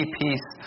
peace